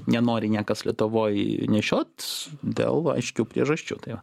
nenori niekas lietuvoj nešiot dėl aiškių priežasčių tai va